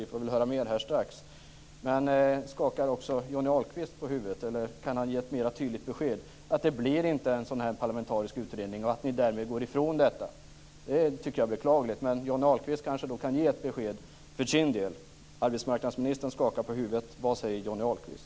Vi får väl höra mer strax. Men skakar också Johnny Ahlqvist på huvudet eller kan ha ge ett mer tydligt besked om att det inte blir en sådan här parlamentarisk utredning och att ni därmed går ifrån detta? Det tycker jag vore beklagligt. Johnny Ahlqvist kan ge ett besked för sin del. Arbetsmarknadsministern skakade på huvudet. Vad säger Johnny Ahlqvist?